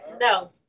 no